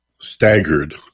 staggered